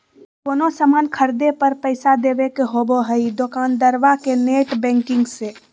कोनो सामान खर्दे पर पैसा देबे के होबो हइ दोकंदारबा के नेट बैंकिंग से